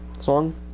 Song